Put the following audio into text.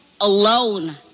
alone